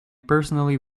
personally